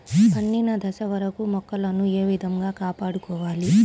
పండిన దశ వరకు మొక్కలను ఏ విధంగా కాపాడుకోవాలి?